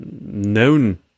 known